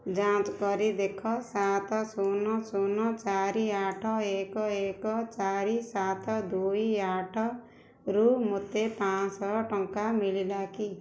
ଯାଞ୍ଚ କରି ଦେଖ ସାତ ଶୂନ ଶୂନ ଚାରି ଆଠ ଏକ ଏକ ଚାରି ସାତ ଦୁଇ ଆଠରୁ ମୋତେ ପାଞ୍ଚ ଶହ ଟଙ୍କା ମିଳିଲା କି